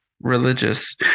religious